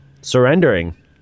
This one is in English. surrendering